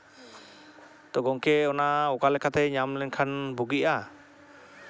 ᱛᱚ ᱜᱚᱝᱠᱮ ᱚᱱᱟ ᱚᱠᱟᱞᱮᱠᱟᱛᱮ ᱧᱟᱢ ᱞᱮᱠᱷᱟᱱ ᱵᱩᱜᱤᱜᱼᱟ